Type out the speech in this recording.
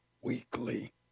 weekly